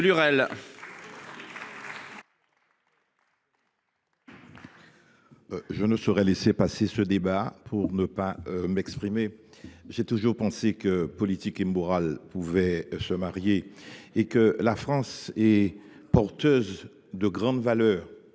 Je ne saurais laisser passer ce débat sans m’exprimer. J’ai toujours pensé que la politique et la morale pouvaient aller de pair, et que la France était porteuse de grandes valeurs.